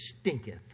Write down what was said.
stinketh